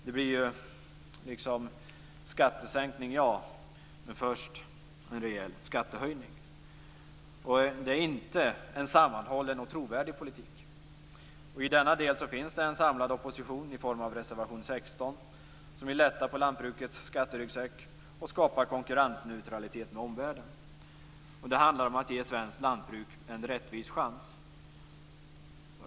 Det blir skattesänkning, ja, men först en rejäl skattehöjning. Det är inte en sammanhållen och trovärdig politik. Och i denna del finns det en samlad opposition som enligt reservation 16 vill lätta på lantbrukets skatteryggsäck och skapa konkurrensneutralitet med omvärlden. Det handlar om att ge svenskt lantbruk en rättvis chans.